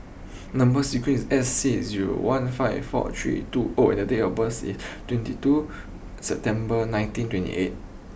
number sequence is S six zero one five four three two O and date of birth is twenty two September nineteen twenty eight